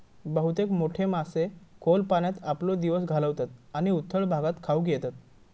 बहुतेक मोठे मासे खोल पाण्यात आपलो दिवस घालवतत आणि उथळ भागात खाऊक येतत